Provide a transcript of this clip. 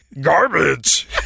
Garbage